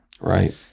Right